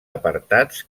apartats